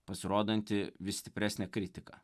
pasirodanti vis stipresnė kritika